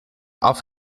auf